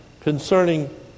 concerning